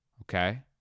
Okay